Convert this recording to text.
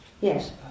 Yes